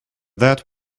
that